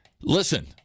Listen